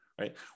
right